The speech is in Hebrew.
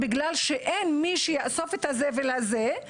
בגלל שאין מי שיאסוף את הזבל הזה,